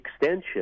extension